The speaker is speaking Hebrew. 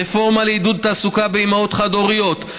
רפורמה לעידוד תעסוקה של אימהות חד-הוריות,